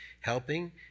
helping